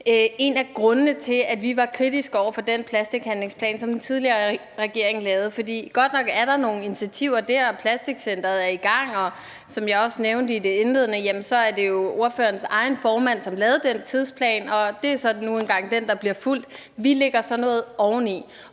en af grundene til, at vi var kritiske over for den plastikhandlingsplan, som den tidligere regering lavede. For der er godt nok nogle initiativer der, og plastikcentret er i gang, og som jeg også nævnte, er det jo ordførerens egen formand, som lavede den tidsplan. Det er så nu engang den, der bliver fulgt. Det lægger jeg så noget oveni.